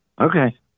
Okay